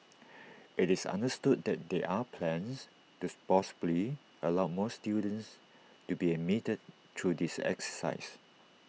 IT is understood that there are plans tooth possibly allow more students to be admitted through this exercise